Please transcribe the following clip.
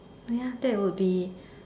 ya that will be